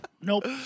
Nope